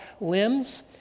limbs